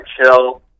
chill